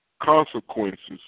consequences